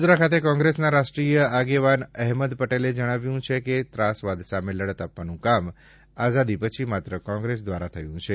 વડોદરા ખાતે કોંગ્રેસના રાષ્ટ્રીય આગેવાન અહેમદ પટેલે જણાવ્યું છે કે ત્રાસવાદ સામે લડત આપવાનું કામ આઝાદી પછી માત્ર કોંગ્રેસ દ્વારા થયું છે